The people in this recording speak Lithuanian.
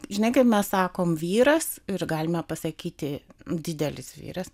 žinai kaip mes sakom vyras ir galima pasakyti didelis vyras